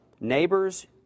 neighbors